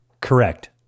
Correct